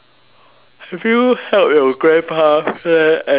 have you help your grandpa plan anything